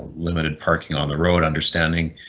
limited parking on the road, understanding